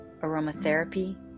aromatherapy